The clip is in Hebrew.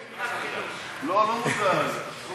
אני רוצה לומר לכם,